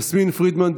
יסמין פרידמן,